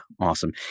Awesome